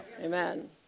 Amen